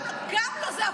גם לא.